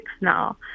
now